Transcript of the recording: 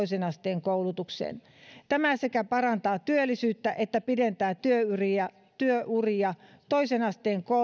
toisen asteen koulutukseen tämä sekä parantaa työllisyyttä että pidentää työuria työuria toisen asteen